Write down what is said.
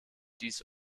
dies